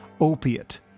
opiate